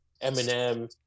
Eminem